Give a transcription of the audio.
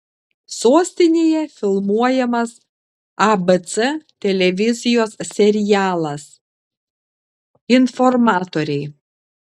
sostinėje filmuojamas abc televizijos serialas informatoriai